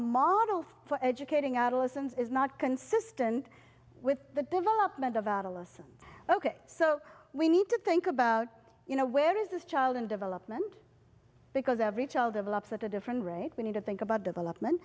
model for educating adolescents is not consistent with the development of adolescence ok so we need to think about you know where is this child in development because every child develops at a different rate we need to think about development